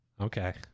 Okay